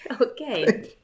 Okay